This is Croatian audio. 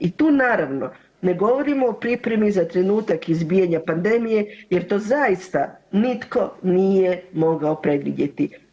I tu naravno ne govorimo o pripremi za trenutak izbijanja pandemije, jer to zaista nitko nije mogao predvidjeti.